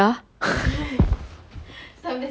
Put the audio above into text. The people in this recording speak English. belum pun tak belajar